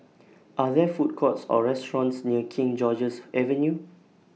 Are There Food Courts Or restaurants near King George's Avenue